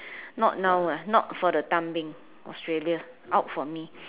not now ah not for the time being Australia out for me